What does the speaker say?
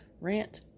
rant